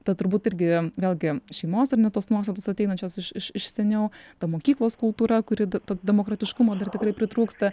ta turbūt irgi vėlgi šeimos ar ne tos nuostatos ateinančios iš iš iš seniau ta mokyklos kultūra kuri demokratiškumo dar tikrai pritrūksta